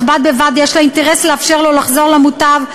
אך בד בבד יש לה אינטרס לאפשר לו לחזור למוטב,